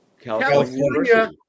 California